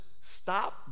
stop